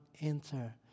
enter